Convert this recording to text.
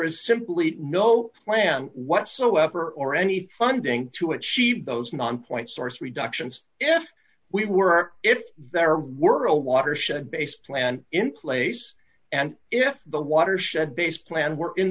is simply no plan whatsoever or any funding to achieve those non point source reductions if we were if very worried watershed based plan in place and if the watershed based plan were in